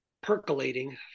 percolating